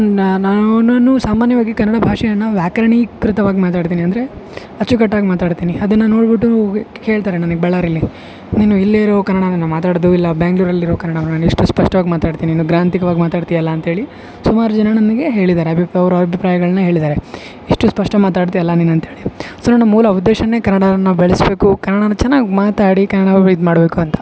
ನ ನಾನಾನು ಸಾಮಾನ್ಯವಾಗಿ ಕನ್ನಡ ಭಾಷೆಯನ್ನ ವ್ಯಾಕರಣೀಕೃತವಾಗಿ ಮಾತಾಡ್ತೀನಿ ಅಂದರೆ ಅಚ್ಚು ಕಟ್ಟಾಗಿ ಮಾತಾಡ್ತೀನಿ ಅದನ್ನ ನೋಡ್ಬುಟ್ಟು ಕೇಳ್ತಾರೆ ನನಗೆ ಬಳ್ಳಾರಿಲಿ ನೀನು ಇಲ್ಲೇ ಇರೋ ಕನ್ನಡನ ಮಾತಾಡುದು ಇಲ್ಲ ಬ್ಯಾಂಗ್ಲೂರಲ್ಲಿರೋ ಕನ್ನಡದನ ನಾನು ಎಷ್ಟು ಸ್ಪಷ್ಟವಾಗಿ ಮಾತಾಡ್ತೀನಿ ನೀನು ಗ್ರಾಂಥಿಕ್ವಾಗಿ ಮಾತಾಡ್ತಿಯಲ್ಲ ಅಂತ್ಹೇಳಿ ಸುಮಾರು ಜನ ನನಗೆ ಹೇಳಿದ್ದಾರೆ ಅಭಿಪ್ರಾಯ ಅವ್ರ ಅಬಿಪ್ರಾಯಗಳನ್ನ ಹೇಳಿದ್ದಾರೆ ಇಷ್ಟು ಸ್ಪಷ್ಟ ಮಾತಾಡ್ತಿಯಲ್ಲ ನೀನು ಅಂತ್ಹೇಳಿ ಸೊ ನನ್ನ ಮೂಲ ಉದ್ದೇಶನೆ ಕನ್ನಡನ ಬೆಳೆಸಬೇಕು ಕನ್ನಡನ ಚೆನ್ನಾಗಿ ಮಾತಾಡಿ ಕನ್ನಡ ಇದು ಮಾಡಬೇಕು ಅಂತ